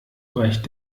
reicht